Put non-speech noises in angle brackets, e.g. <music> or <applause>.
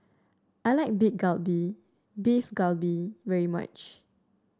I like <unintelligible> Galbi Beef Galbi very much